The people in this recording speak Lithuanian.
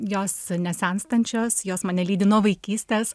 jos nesenstančios jos mane lydi nuo vaikystės